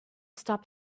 stop